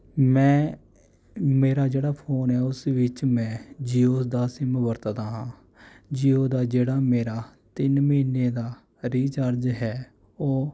ਮੈਂ ਮੇਰਾ ਜਿਹੜਾ ਫੋਨ ਹੈ ਉਸ ਵਿੱਚ ਮੈਂ ਜੀਉ ਦਾ ਸਿਮ ਵਰਤਦਾ ਹਾਂ ਜੀਉ ਦਾ ਜਿਹੜਾ ਮੇਰਾ ਤਿੰਨ ਮਹੀਨੇ ਦਾ ਰੀਚਾਰਜ ਹੈ ਉਹ